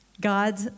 God